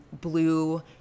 blue